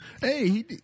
Hey